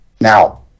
now